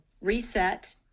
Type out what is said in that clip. reset